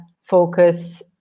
focus